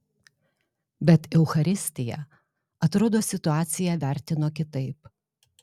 bet eucharistija atrodo situaciją vertino kitaip